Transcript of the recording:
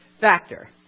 factor